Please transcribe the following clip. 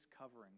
covering